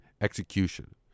execution